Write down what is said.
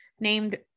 named